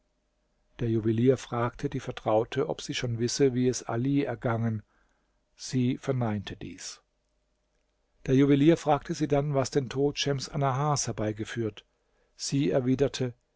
der juwelier fragte die vertraute ob sie schon wisse wie es ali ergangen sie verneinte dies der juwelier fragte sie dann was den tod schems annahars herbeigeführt sie erwiderte